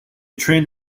trained